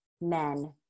men